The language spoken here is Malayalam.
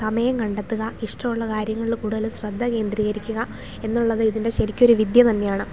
സമയം കണ്ടെത്തുക ഇഷ്ടമുള്ള കാര്യങ്ങളിൽ കൂടുതൽ ശ്രദ്ധ കേന്ദ്രീകരിക്കുക എന്നുള്ളത് ഇതിൻ്റെ ശരിക്ക് ഒരു വിദ്യ തന്നെയാണ്